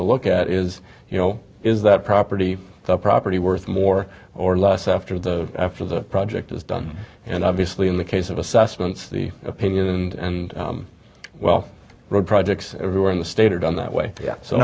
to look at is you know is that property the property worth more or less after the after the project is done and obviously in the case of assessments the opinion and well road projects everywhere in the state are done that way